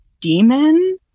demon